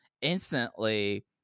instantly